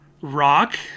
rock